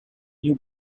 new